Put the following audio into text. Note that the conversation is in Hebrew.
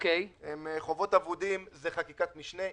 חובות אבודים זו חקיקת משנה,